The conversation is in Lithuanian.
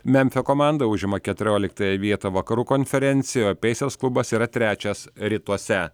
memfio komanda užima keturioliktąją vietą vakarų konferencijoj o peisers klubas yra trečias rytuose